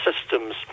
systems